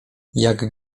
jak